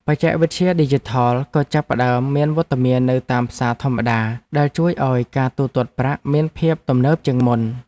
បច្ចេកវិទ្យាឌីជីថលក៏ចាប់ផ្ដើមមានវត្តមាននៅតាមផ្សារធម្មតាដែលជួយឱ្យការទូទាត់ប្រាក់មានភាពទំនើបជាងមុន។